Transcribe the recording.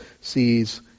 sees